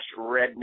redneck